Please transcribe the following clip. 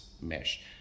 mesh